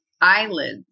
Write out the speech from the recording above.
eyelids